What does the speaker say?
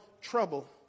trouble